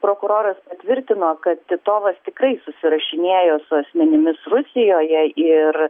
prokuroras patvirtino kad titovas tikrai susirašinėjo su asmenimis rusijoje ir